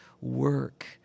work